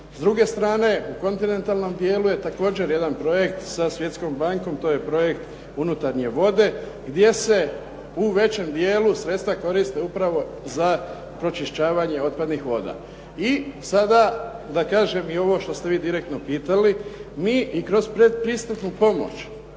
S druge strane u kontinentalnom dijelu je također jedan projekt sa Svjetskom bankom, to je projekt unutarnje vode, gdje se u većem dijelu sredstva koriste upravo za pročišćavanje otpadnih voda. I sada da kažem i ovo što ste vi direktno pitali, mi i kroz pretpristupnu pomoć